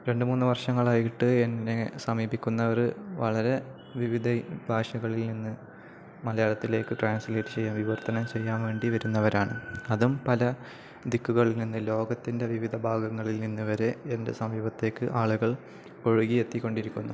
രണ്ടു മൂന്നു വർഷങ്ങളായിട്ട് എന്നെ സമീപിക്കുന്നവര് വളരെ വിവിധ ഭാഷകളിൽ നിന്നു മലയാളത്തിലേക്ക് ട്രാൻസ്ലേറ്റ് ചെയ്യാൻ വിവർത്തനം ചെയ്യാൻ വേണ്ടി വരുന്നവരാണ് അതും പല ദിക്കുകളിൽ നിന്നു ലോകത്തിൻ്റെ വിവിധ ഭാഗങ്ങളിൽ നിന്നു വരെ എൻ്റെ സമീപത്തേക്ക് ആളുകൾ ഒഴുകി എത്തിക്കൊണ്ടിരിക്കുന്നു